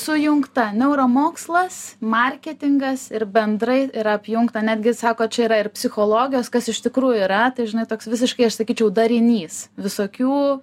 sujungta neuromokslas marketingas ir bendrai yra apjungta netgi sako čia yra ir psichologijos kas iš tikrųjų yra tai žinai toks visiškai aš sakyčiau darinys visokių